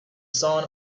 son